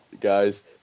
guys